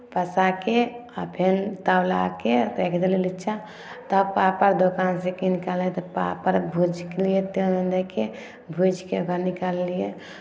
पसा कऽ आ फेर उतारलाके राखि देलियै नीचाँ तब पापड़ दोकानसँ कीन कऽ अनलियै पापड़ भुजलियै तेलमे दए कऽ भूजि कऽ ओकर बाद निकाललियै